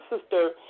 sister